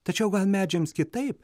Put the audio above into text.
tačiau gal medžiams kitaip